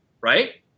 right